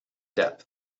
depth